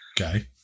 Okay